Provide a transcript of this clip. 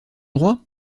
droit